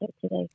today